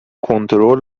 کنترل